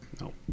No